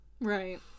Right